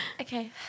okay